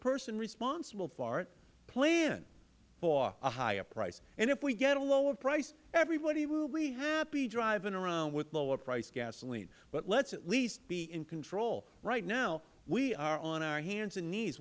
person responsible for it plan for a higher price and if we get a lower price everybody will be happy driving around with lower priced gasoline but let's at least be in control right now we are on our hands and knees